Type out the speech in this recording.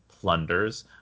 plunders